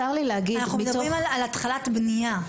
אנחנו מדברים על התחלת בנייה.